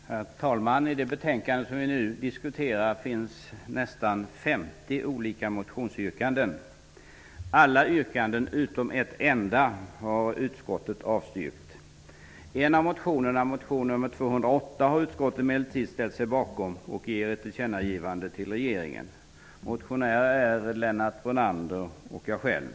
Herr talman! I det betänkande som vi nu diskuterar finns nästan 50 olika motionsyrkanden. Alla yrkanden utom ett har utskottet avstyrkt. En av motionerna, motion Jo208, har utskottet emellertid ställt sig bakom och vill ge ett tillkännagivande till regeringen. Motionärerna är Lennart Brunander och jag själv.